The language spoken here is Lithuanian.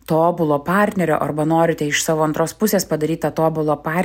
tobulo partnerio arba norite iš savo antros pusės padaryt tą tobulą partnerį